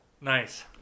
Nice